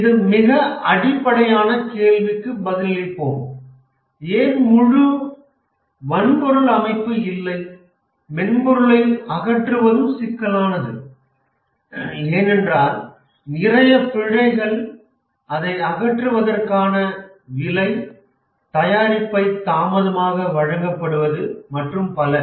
இந்த மிக அடிப்படையான கேள்விக்கு பதிலளிப்போம் ஏன் முழு வன்பொருள் அமைப்பு இல்லை மென்பொருளை அகற்றுவதும் சிக்கலானது ஏனென்றால் நிறைய பிழைகள் அதை அகற்றுவதற்கான விலை தயாரிப்பை தாமதமாக வழங்கப்படுவது மற்றும் பல